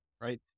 right